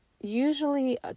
usually